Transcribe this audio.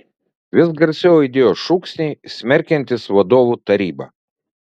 vis garsiau aidėjo šūksniai smerkiantys vadovų tarybą